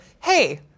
hey